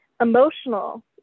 emotional